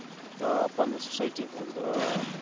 آ پَنٕنہِ سوسایٹی ہُنٛد آ